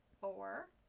four